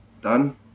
done